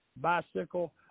bicycle